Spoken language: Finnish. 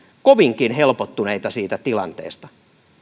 kovinkin helpottuneita siitä tilanteesta